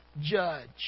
judge